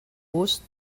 gust